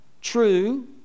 true